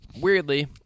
Weirdly